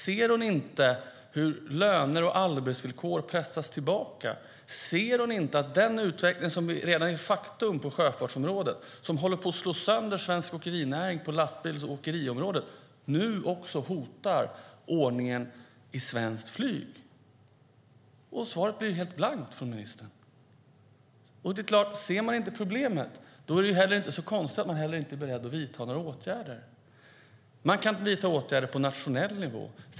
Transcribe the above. Ser hon inte hur löner och arbetsvillkor pressas tillbaka? Ser hon inte att den utveckling som redan är ett faktum på sjöfartsområdet och som håller på att slå sönder svensk åkerinäring på lastbils och åkeriområdet nu också hotar ordningen inom svenskt flyg? Svaret från ministern är helt blankt. Om man inte ser problemet är det klart att det inte är så konstigt om man inte är beredd att vidta några åtgärder. Man kan vidta åtgärder på nationell nivå.